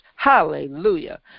Hallelujah